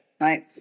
right